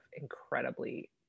incredibly